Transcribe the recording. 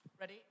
Ready